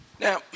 Now